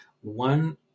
One